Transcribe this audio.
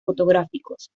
fotográficos